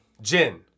Jin